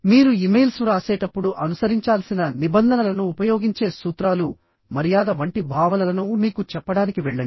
మీరు ఇమెయిల్స్ వ్రాసేటప్పుడు అనుసరించాల్సిన నిబంధనలను ఉపయోగించే సూత్రాలు మర్యాద వంటి భావనలను మీకు చెప్పడానికి వెళ్ళండి